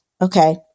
okay